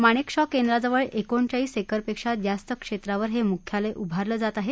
माणेकशॉ केंद्राजवळ एकोणचाळीस एकरपेक्षा जास्त क्षेत्रावर हे मुख्यालय उभारलं जात आहे